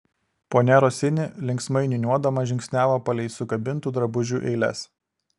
ponia rosini linksmai niūniuodama žingsniavo palei sukabintų drabužių eiles